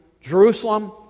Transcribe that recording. Jerusalem